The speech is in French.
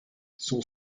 son